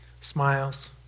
Smiles